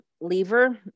lever